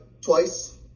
twice